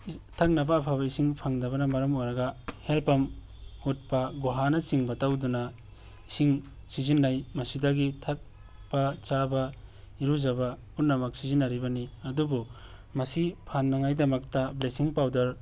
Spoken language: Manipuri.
ꯊꯛꯅꯕ ꯑꯐꯕ ꯏꯁꯤꯡ ꯐꯪꯗꯕꯅ ꯃꯔꯝ ꯑꯣꯏꯔꯒ ꯍꯦꯜ ꯄꯝ ꯍꯨꯠꯄ ꯒꯨꯍꯥꯅꯆꯤꯡꯕ ꯇꯧꯗꯨꯅ ꯏꯁꯤꯡ ꯁꯤꯖꯤꯟꯅꯩ ꯃꯁꯤꯗꯒꯤ ꯊꯛꯄ ꯆꯥꯕ ꯏꯔꯨꯖꯕ ꯄꯨꯝꯅꯃꯛ ꯁꯤꯖꯤꯟꯅꯔꯤꯕꯅꯤ ꯑꯗꯨꯕꯨ ꯃꯁꯤ ꯐꯍꯅꯉꯥꯏꯗꯃꯛꯇ ꯕ꯭ꯂꯦꯁꯤꯡ ꯄꯥꯎꯗꯔ